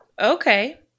Okay